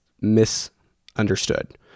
misunderstood